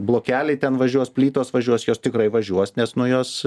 blokeliai ten važiuos plytos važiuos jos tikrai važiuos nes nu jos